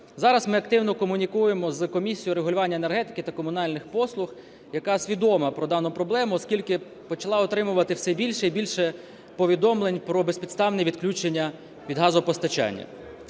зараз ми активно комунікуємо з Комісією регулювання енергетики та комунальних послуг, яка свідома про дану проблему, оскільки почала отримувати все більше і більше повідомлень про безпідставне відключення від газопостачання.